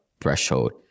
threshold